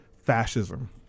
fascism